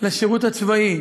בשירות הצבאי,